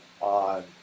on